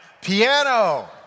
Piano